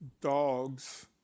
dogs